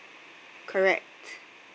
correct